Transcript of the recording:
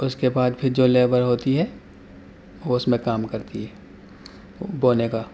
اس کے بعد پھر جو لیبر ہوتی ہے وہ اس میں کام کرتی ہے بونے کا